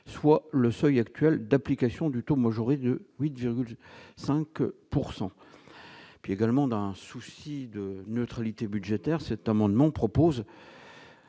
soit le seuil actuel d'application du tout, moi j'aurais de 8,5 pourcent puis également dans un souci de neutralité budgétaire cet amendement propose.